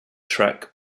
track